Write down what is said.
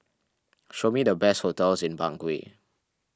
show me the best hotels in Bangui